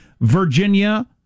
Virginia